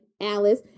Alice